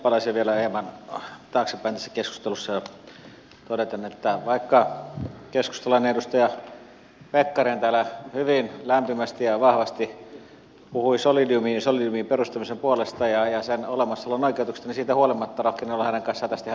palaisin vielä hieman taaksepäin tässä keskustelussa todeten että vaikka keskustalainen edustaja pekkarinen täällä hyvin lämpimästi ja vahvasti puhui solidiumin ja solidiumin perustamisen puolesta ja sen olemassaolon oikeutuksesta niin siitä huolimatta rohkenen olla hänen kanssa ihan samaa mieltä